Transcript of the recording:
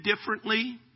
differently